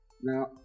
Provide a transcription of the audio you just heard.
Now